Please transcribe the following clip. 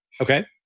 Okay